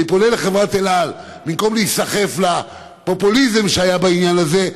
אני פונה לחברת אל על: במקום להיסחף לפופוליזם שהיה בעניין הזה,